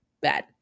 Bad